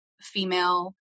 female